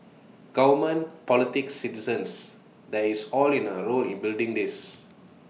government politics citizens there is all in A role in building this